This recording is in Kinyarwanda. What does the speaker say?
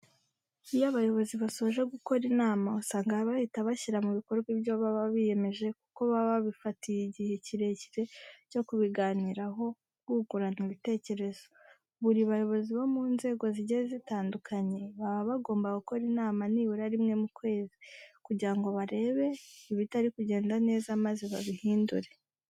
Iyo abayobozi basoje gukora inama, usanga bahita bashyira mu bikorwa ibyo baba biyemeje kuko baba babifatiye igihe kirekire cyo kubiganiraho bungurana ibitekerezo. Buri bayobozi bo mu nzego zigiye zitandukanye, baba bagomba gukora inama nibura rimwe mu kwezi kugira ngo barebe ibitari kugenda neza maze babihindure.